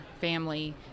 family